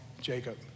Jacob